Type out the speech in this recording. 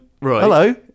hello